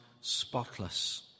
spotless